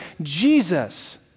Jesus